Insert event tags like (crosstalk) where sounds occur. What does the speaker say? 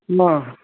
(unintelligible)